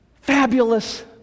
Fabulous